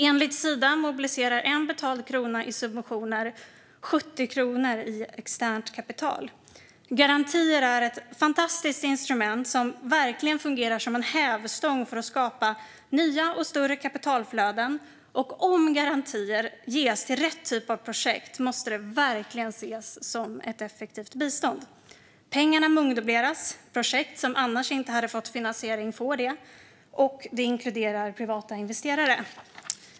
Enligt Sida mobiliserar 1 betalad krona i subventioner 70 kronor i externt kapital. Garantier är ett fantastiskt instrument som verkligen fungerar som en hävstång för att skapa nya och större kapitalflöden, och om garantier ges till rätt typ av projekt måste det verkligen ses som effektivt bistånd. Pengarna mångdubblas, projekt som annars inte hade fått finansiering får det och det inkluderar privata investerare.